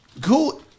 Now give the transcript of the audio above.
Cool